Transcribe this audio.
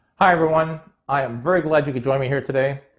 hi everyone i am very glad you could join me here today.